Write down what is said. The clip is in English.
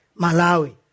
Malawi